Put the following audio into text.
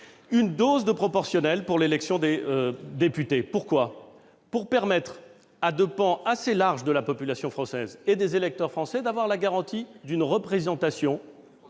une dose de proportionnelle pour l'élection des députés ? Pour permettre à des pans assez larges de la population française et des électeurs français d'avoir la garantie d'être représentés